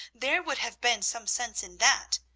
there would have been some sense in that.